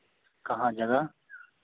कहाँ जगह